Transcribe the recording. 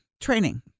training